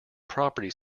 property